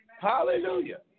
Hallelujah